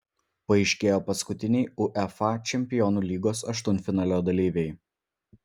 paaiškėjo paskutiniai uefa čempionų lygos aštuntfinalio dalyviai